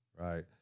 right